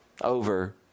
over